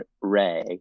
ray